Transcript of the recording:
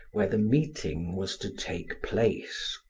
where the meeting was to take place.